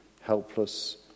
helpless